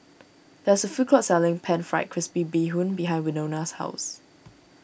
there is a food court selling Pan Fried Crispy Bee Hoon behind Wynona's house